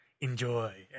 enjoy